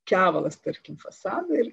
kevalas tarkim fasadai